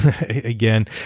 Again